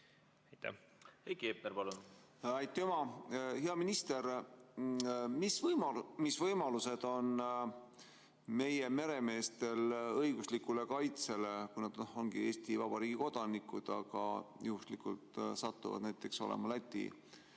Heiki Hepner, palun! Aitüma! Hea minister! Mis võimalused on meie meremeestel õiguslikule kaitsele, kui nad on Eesti Vabariigi kodanikud, aga juhuslikult satuvad näiteks olema Läti